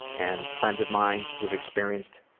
and friends of mine who've experienced